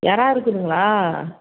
இறா இருக்குதுங்களா